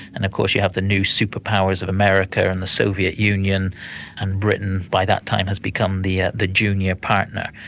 and of course you have the new superpowers of america and the soviet union and britain by that time has become the ah the junior partner.